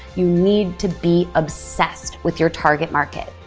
you need to be obsessed with your target market.